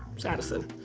it's addison.